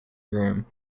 room